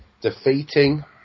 defeating